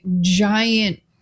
giant